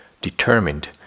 determined